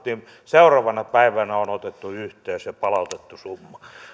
niin seuraavana päivänä on otettu yhteys ja palautettu summa